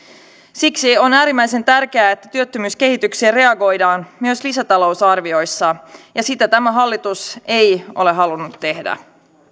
siksi on äärimmäisen tärkeää että työttömyyskehitykseen reagoidaan myös lisätalousarvioissa ja sitä tämä hallitus ei ole halunnut tehdä